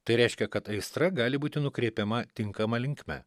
tai reiškia kad aistra gali būti nukreipiama tinkama linkme